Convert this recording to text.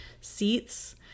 seats